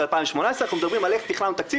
2018. אנחנו מדברים על איך תכננו תקציב,